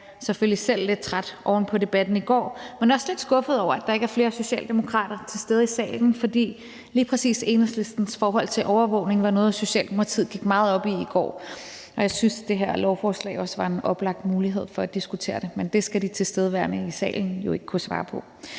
selvfølgelig selv lidt træt oven på debatten i går, men også lidt skuffet over, at der ikke er flere socialdemokrater til stede i salen, for lige præcis Enhedslistens forslag i forhold til overvågning var noget, Socialdemokratiet gik meget op i i går, og jeg synes, at det her lovforslag også var en oplagt mulighed for at diskutere det. Men det skal de tilstedeværende i salen jo ikke kunne svar på.